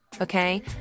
okay